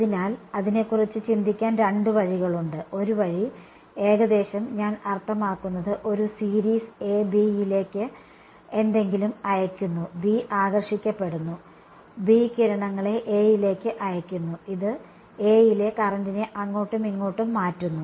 അതിനാൽ അതിനെക്കുറിച്ച് ചിന്തിക്കാൻ രണ്ട് വഴികളുണ്ട് ഒരു വഴി ഏകദേശം ഞാൻ അർത്ഥമാക്കുന്നത് ഒരു സീരീസ് A B യിലേക്ക് എന്തെങ്കിലും അയയ്ക്കുന്നു B ആകർഷിക്കപ്പെടുന്നു B കിരണങ്ങളെ A യിലേക്ക് അയയ്ക്കുന്നു ഇത് A യിലെ കറന്റിനെ അങ്ങോട്ടും ഇങ്ങോട്ടും മാറ്റുന്നു